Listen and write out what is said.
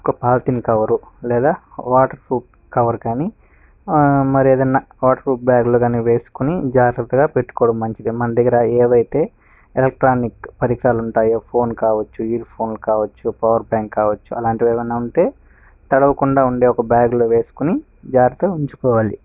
ఒక polythene cover లేదా waterproof cover కానీ ఆ మరి ఏదైనా వాటర్ప్రూఫ్ బ్యాగ్లో కానీ వేసుకొని జాగ్రత్తగా పెట్టుకోవడం మంచిది మన దగ్గర ఏవైతే ఎలక్ట్రానిక్ పరికరాలు ఉంటాయో ఫోన్ కావచ్చు ఇయర్ఫోన్లు కావచ్చు పవర్బ్యాంక్ కావచ్చు అలాంటివి ఏమైనా ఉంటే తడవకుండా ఉండే ఒక బ్యాగ్లో వేసుకొని జాగ్రత్తగా ఉంచుకోవాలి